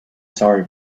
sorry